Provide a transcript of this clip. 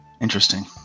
Interesting